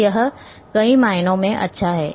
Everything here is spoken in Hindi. तो यह कई मायनों में अच्छा है